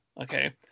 okay